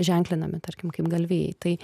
ženklinami tarkim kaip galvijai tai